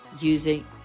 using